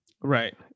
Right